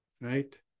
Right